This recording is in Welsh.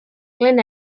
glyn